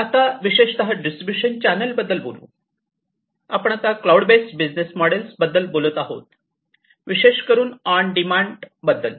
तर आता विशेषतः डिस्ट्रीब्यूशन चॅनेल बद्दल बोलू आपण आत्ता क्लाऊड बेस्ड बिझनेस मॉडेल बद्दल बोलत आहोत विशेष करून ऑन डिमांड बद्दल